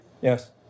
Yes